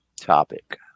topic